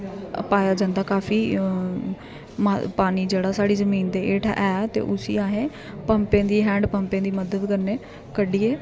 पाया जंदा काफी पानी जेह्ड़ा साढ़ी जमीन दे हैठ ऐ ते उसी असें पम्पे ते हैंड पम्पे दी मदद कन्नै कड्ढियै